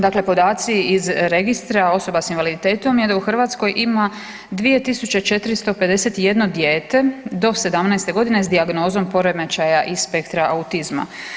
Dakle, podaci iz registra osoba s invaliditetom je da u Hrvatskoj ima 2 tisuće 451 dijete do 17. godine s dijagnozom poremećaja iz spektra autizma.